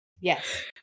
Yes